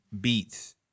beats